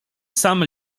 sam